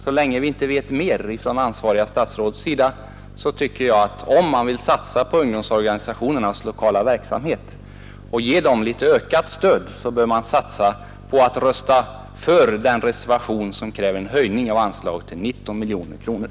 Så länge det ansvariga statsrådet inte vet mer tycker jag att man, om man vill satsa på ungdomsorganisationernas lokala verksamhet och ge dem ett ökat stöd, bör rösta för reservationen A 1, i vilken begärs en höjning av anslaget till 19 miljoner kronor.